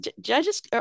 judges